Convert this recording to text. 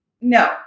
No